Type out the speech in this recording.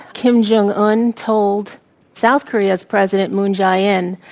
kim jung un told south korea's president, moon jae-in,